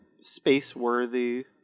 space-worthy